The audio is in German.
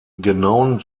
genauen